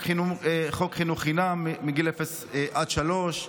חוק חינוך חינם מגיל אפס עד שלוש,